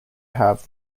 have